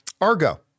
Argo